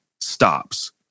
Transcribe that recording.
stops